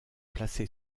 placée